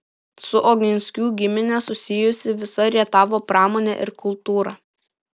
su oginskių gimine susijusi visa rietavo pramonė ir kultūra